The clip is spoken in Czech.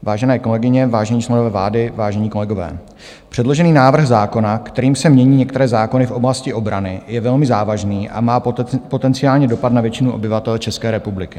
Vážené kolegyně, vážení členové vlády, vážení kolegové, předložený návrh zákona, kterým se mění některé zákony v oblasti obrany, je velmi závažný a má potenciální dopad na většinu obyvatel České republiky.